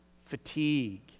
fatigue